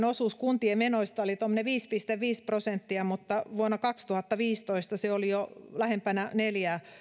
osuus kuntien menoista oli tuommoinen viisi pilkku viisi prosenttia mutta vuonna kaksituhattaviisitoista se oli jo lähempänä neljää